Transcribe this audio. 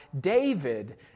David